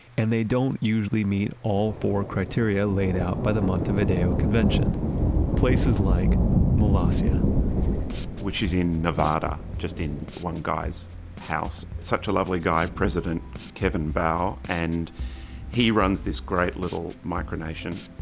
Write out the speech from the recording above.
and they don't usually meet all four criteria laid out by the montevideo convention places like molossia which is in nevada, just in one guy's house. such a lovely guy, president kevin baugh, and he runs this great little micronation.